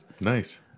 Nice